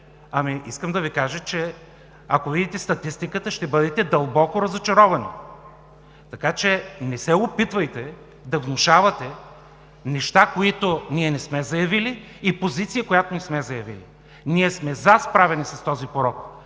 Искам да Ви кажа, че ако видите статистиката, ще бъдете дълбоко разочаровани. Не се опитвайте да внушавате неща, които ние не сме заявили, и позиция, която не сме заявили. Ние сме за справяне с този порок,